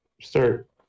start